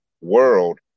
world